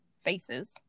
faces